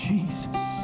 Jesus